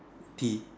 tea